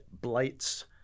blight's